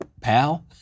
pal